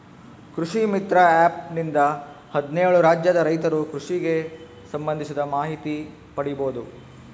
ಕೃಷಿ ಮಿತ್ರ ಆ್ಯಪ್ ನಿಂದ ಹದ್ನೇಳು ರಾಜ್ಯದ ರೈತರು ಕೃಷಿಗೆ ಸಂಭಂದಿಸಿದ ಮಾಹಿತಿ ಪಡೀಬೋದು